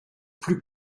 plus